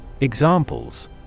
Examples